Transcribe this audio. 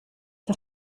das